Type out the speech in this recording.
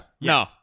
No